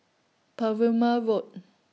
Perumal Road